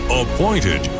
appointed